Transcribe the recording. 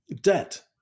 debt